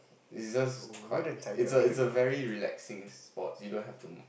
is just quite it's a it's a very relaxing sports you don't have to